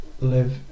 live